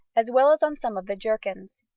as well as on some of the jerkins.